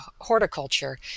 horticulture